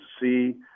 see